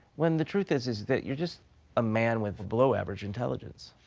when the truth is is that you're just a man with below-average intelligence?